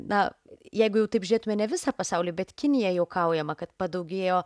na jeigu jau taip žiūrėtume ne visą pasaulį bet kinija juokaujama kad padaugėjo